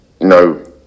no